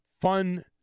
fun